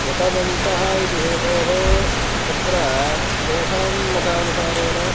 कृतवन्तः इति हेतोः तत्र तेषां मतानुसारेण